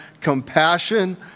compassion